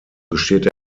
besteht